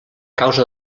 causa